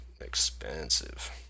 expensive